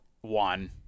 one